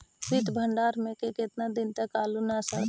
सित भंडार में के केतना दिन तक आलू न सड़तै?